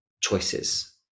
choices